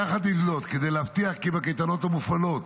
יחד עם זאת, כדי להבטיח כי בקייטנות המופעלות